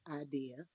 idea